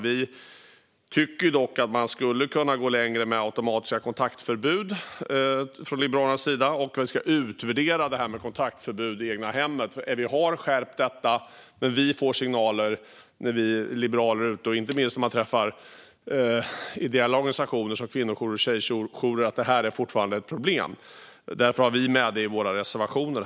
Vi tycker dock att man skulle kunna gå längre med automatiska kontaktförbud och att vi ska utvärdera detta med kontaktförbud i det egna hemmet. Vi har skärpt detta. Men vi liberaler får signaler, inte minst när vi är ute och träffar ideella organisationer som kvinnojourer och tjejjourer, om att det här fortfarande är ett problem. Därför har vi med detta i våra reservationer.